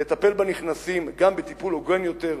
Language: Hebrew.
לטפל בנכנסים טיפול הוגן יותר,